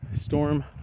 Storm